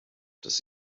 des